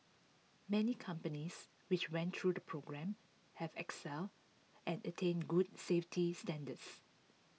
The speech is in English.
many companies which went through the programme have excel and attained good safety standards